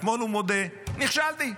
אתמול הוא מודה: נכשלתי.